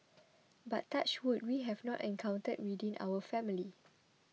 but touch wood we have not encountered within our family